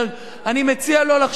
אני מציע לו לחשוב שוב,